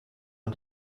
man